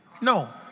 No